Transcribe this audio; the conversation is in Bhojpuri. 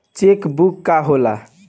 चेक बुक का होला?